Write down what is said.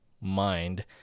mind